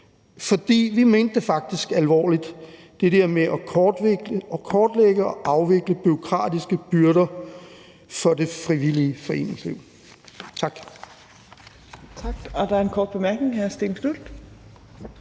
for vi mener faktisk det der med at kortlægge og afvikle bureaukratiske byrder for det frivillige foreningsliv